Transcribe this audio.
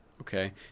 okay